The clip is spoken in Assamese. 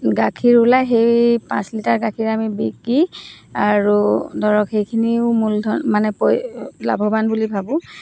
গাখীৰ ওলাই সেই পাঁচ লিটাৰ গাখীৰে আমি বিকি আৰু ধৰক সেইখিনিও মূলধন মানে লাভৱান বুলি ভাবোঁ